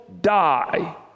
die